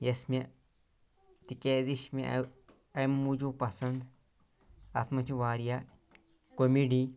یۄس مےٚ تِکیازِ یہِ چھِ مےٚ اَمہِ موٗجوٗب پسنٛد اَتھ منٛز چھِ واریاہ کومِڈِی